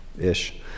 Ish